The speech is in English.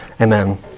Amen